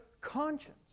conscience